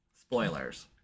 Spoilers